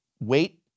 Wait